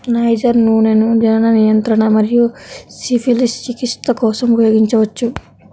niger నూనెను జనన నియంత్రణ మరియు సిఫిలిస్ చికిత్స కోసం ఉపయోగించవచ్చు